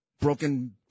Broken